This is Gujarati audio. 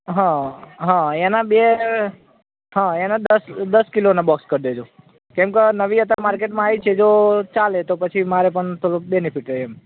હા હા એના બે હા એના દસ દસ કિલોના બોક્સ કરી દેજો કેમ કે નવી અત્યારે માર્કેટમાં આવી છે જો ચાલે તો મારે પણ થોડુંક બેનિફિટ રહે એમ